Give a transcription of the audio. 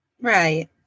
Right